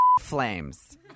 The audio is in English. flames